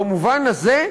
במובן הזה,